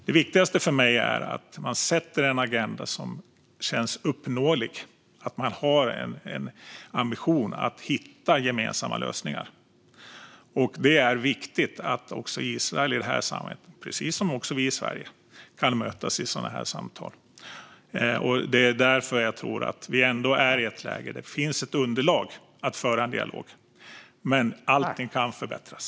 Det viktigaste för mig är att man sätter en agenda som känns uppnåelig och att man har en ambition att hitta gemensamma lösningar. Det är viktigt att också Israel i det här sammanhanget, precis som vi i Sverige, kan mötas i sådana här samtal. Det är därför jag tror att vi ändå är i ett läge där det finns ett underlag för att föra en dialog. Men allting kan förbättras.